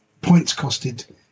points-costed